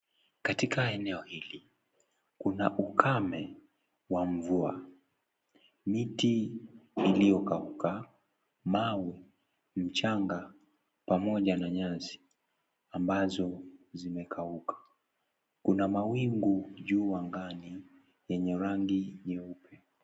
Katika eneo hili, kuna ukame wa mvua. Miti iliyokauka. Mawe, mchanga pamoja na nyasi, ambazo zimekauka. Kuna mawingu juu angani, lenye rangi nyeupe.